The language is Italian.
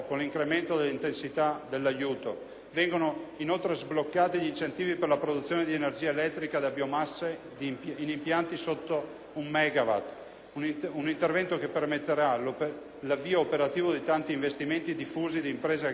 Vengono inoltre sbloccati gli incentivi per la produzione di energia elettrica da biomasse in impianti sotto un megawatt. Si tratta di un intervento che permetterà l'avvio operativo di tanti investimenti diffusi di imprese agricole, con effetti benefici